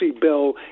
bill